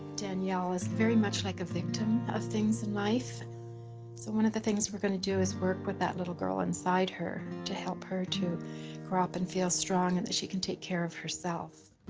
danielle is very much like a victim of things in life, so one of the things we're going to do is work with that little girl inside her to help her to grow up and feel strong, and then she can take care of herself.